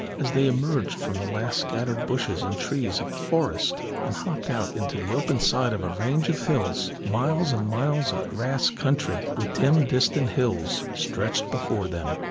as they emerged from the last scattered bushes and trees of the forest, and hopped out into the open side of a range of hills, miles and miles of grass country, with dim distant hills, stretched before them.